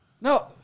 No